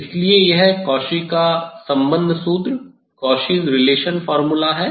इसलिए यह कॉची का संबंध सूत्र Cauchy's relation formula है